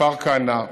מכפר כנא,